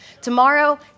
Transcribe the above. Tomorrow